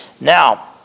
Now